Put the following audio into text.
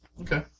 Okay